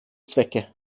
zwecke